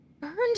burned